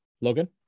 Logan